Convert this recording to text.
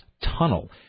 tunnel